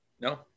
No